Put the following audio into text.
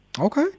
Okay